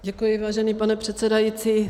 Děkuji, vážený pane předsedající.